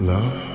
Love